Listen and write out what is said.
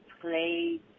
played